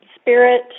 spirit